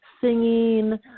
singing